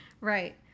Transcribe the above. Right